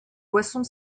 boisson